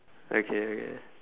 okay okay